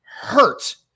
hurt